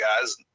guys